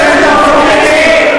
סטנד-אפ קומדי?